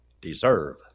deserve